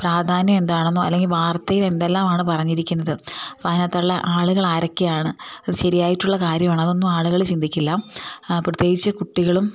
പ്രാധാന്യം എന്താണെന്നോ അല്ലെങ്കിൽ വാർത്തയിൽ എന്തെല്ലാമാണ് പറഞ്ഞിരിക്കുന്നത് അപ്പോൾ അതിനകത്തുള്ള ആളുകളാരക്കെയാണ് അത് ശരിയായിട്ടുള്ള കാര്യമാണോ അതൊന്നും ആളുകൾ ചിന്തിക്കില്ല പ്രത്യേകിച്ചു കുട്ടികളും